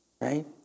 right